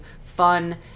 fun